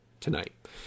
tonight